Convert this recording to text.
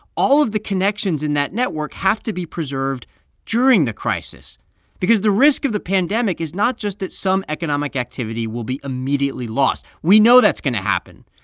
all of the connections in that network have to be preserved during the crisis because the risk of the pandemic is not just that some economic activity will be immediately lost. we know that's going to happen.